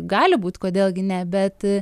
gali būt kodėl gi ne bet